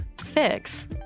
fix